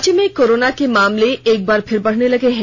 राज्य में कोरोना के मामले एक बार फिर से बढ़ने लगे हैं